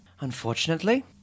Unfortunately